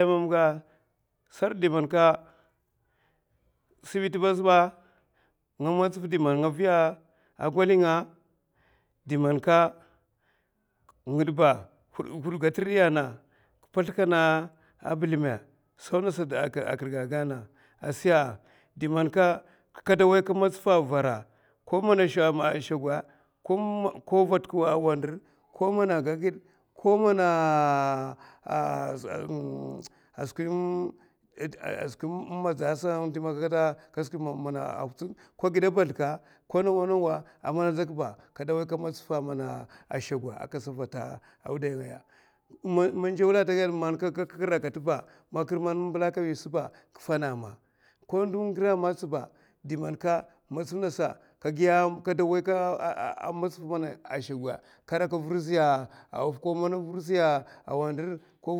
Dumamga sartɗ man sibiti ba azɓay nga matsaf dɗma man nga viya a gwalinga, n'gièè ba huèga a tirèiya ana. kɗ pazlkana bilimè sau ngasa da aka gayna asiya diman kada wayka matsafa avara ko man ko mana a shogwa ko man wandur, ko man gagaè ko kon a skwi madza sa ka zukdan mana a hutsuè, ko man gièè balthka kada wayka madzaf. aka rakaèa aka sada vata wuday ngaya dɗman mènjèwul ata gaè sa ba, ko ndo gura magatsi badi man. kada wayka a vurzi wandur ko